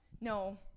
No